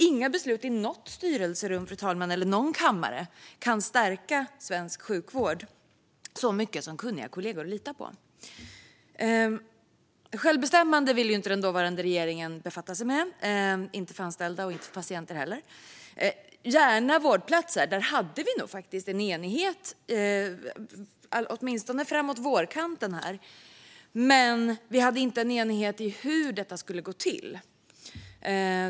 Inga beslut i något styrelserum eller någon kammare, fru talman, kan stärka svensk sjukvård så mycket som kunniga kollegor som man kan lita på. Den dåvarande regeringen ville inte befatta sig med självbestämmande, inte för anställda och inte heller för patienter, dock gärna med vårdplatser. Där hade vi nog faktiskt en enighet, åtminstone framåt vårkanten, men vi hade inte enighet om hur det skulle gå till.